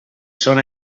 són